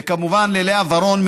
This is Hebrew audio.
וכמובן ללאה ורון,